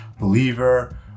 believer